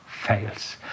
fails